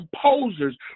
composers